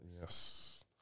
yes